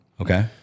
Okay